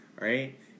Right